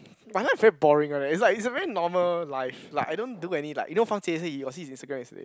my life is very boring one leh it's like it's a very normal life like I don't do any like you know you got see his Instagram yesterday